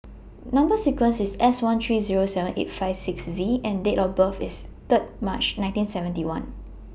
Number sequence IS S one three Zero seven eight five six Z and Date of birth IS Third March nineteen seventy one